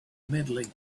medaling